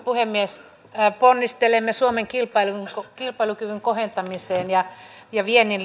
puhemies ponnistelemme suomen kilpailukyvyn kohentamiseksi ja ja viennin